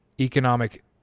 economic